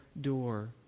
door